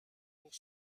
pour